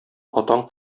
атаң